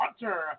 Hunter